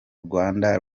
rwanda